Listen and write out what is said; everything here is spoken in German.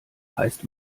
heißt